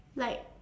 like